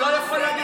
לא,